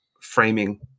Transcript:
framing